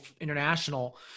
international